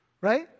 right